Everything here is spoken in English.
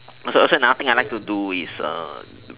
also another thing I like to do is uh